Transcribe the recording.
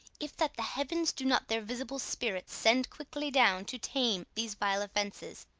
if that the heavens do not their visible spirits send quickly down to tame these vile offences,